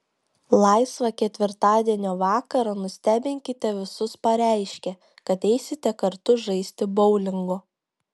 laisvą ketvirtadienio vakarą nustebinkite visus pareiškę kad eisite kartu žaisti boulingo